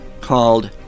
called